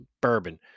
bourbon